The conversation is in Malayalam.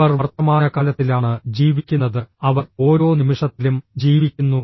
അവർ വർത്തമാനകാലത്തിലാണ് ജീവിക്കുന്നത് അവർ ഓരോ നിമിഷത്തിലും ജീവിക്കുന്നു